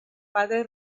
padre